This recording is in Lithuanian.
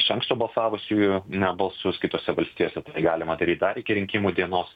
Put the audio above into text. iš anksto balsavusiųjų na balsus kitose valstijose galima daryt dar iki rinkimų dienos